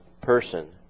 person